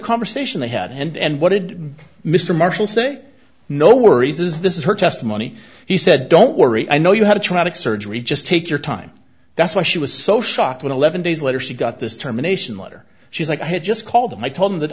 conversation they had and what did mr marshall say no worries is this is her testimony he said don't worry i know you had a traumatic surgery just take your time that's why she was so shocked when eleven days later she got this terminations letter she's like i had just called and i told him that